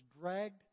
dragged